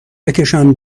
بکشونم